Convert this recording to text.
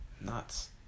nuts